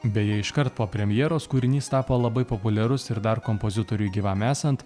beje iškart po premjeros kūrinys tapo labai populiarus ir dar kompozitoriui gyvam esant